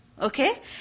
Okay